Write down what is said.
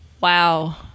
wow